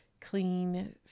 clean